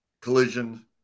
collision